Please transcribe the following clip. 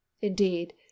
Indeed